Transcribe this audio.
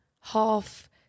half